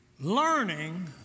learning